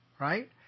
right